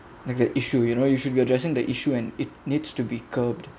like the issue you know you should be addressing the issue and it needs to be curbed